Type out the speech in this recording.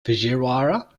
fujiwara